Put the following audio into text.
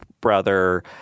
brother